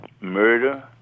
murder